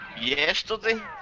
yesterday